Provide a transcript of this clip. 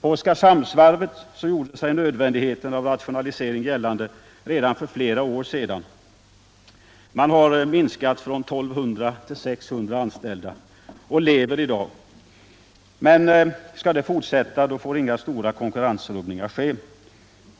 På Oskarshamnsvarvet gjorde sig nödvändigheten av rationalisering gällande redan för flera år sedan. Antalet anställda har där minskats från 1 200 till 600. Och varvet lever i dag. Men skall det fortsätta att leva får inga stora konkurrensrubbningar ske.